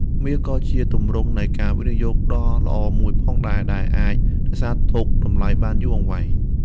មាសក៏ជាទម្រង់នៃការវិនិយោគដ៏ល្អមួយផងដែរ ដែលអាចរក្សាទុកតម្លៃបានយូរអង្វែង។